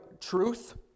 truth